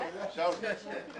התשע"ט-2018 נתקבלה.